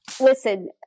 listen